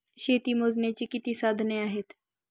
शेती मोजण्याची किती साधने आहेत?